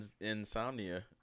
Insomnia